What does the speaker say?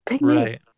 Right